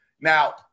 now